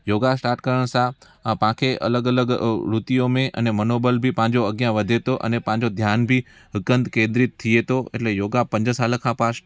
yoga start करण सां अ तव्हांखे अलॻि अलॻि रूतियूं में अने मनोबल बि पंहिंजो अॻियां वधे थो अने पंहिंजो ध्यानु बि हिकु हंधि केंद्रीत थिए थो अने योगा पंज साल खां पाण